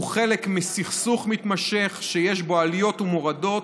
הוא חלק מסכסוך מתמשך שיש בו עליות ומורדות,